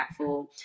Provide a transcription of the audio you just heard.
impactful